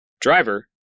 driver